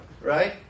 right